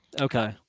Okay